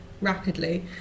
rapidly